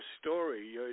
story